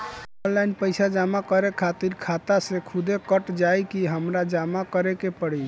Online पैसा जमा करे खातिर खाता से खुदे कट जाई कि हमरा जमा करें के पड़ी?